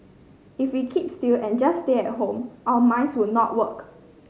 if we keep still and just stay at home our minds will not work